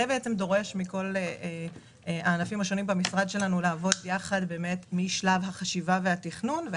זה דורש מכל הענפים השונים במשרד שלנו לעבוד משלב החשיבה והתכנון אל